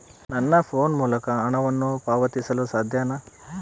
ನನ್ನ ಫೋನ್ ಮೂಲಕ ಹಣವನ್ನು ಪಾವತಿಸಲು ಸಾಧ್ಯನಾ?